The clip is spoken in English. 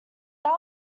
that